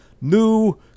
new